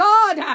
God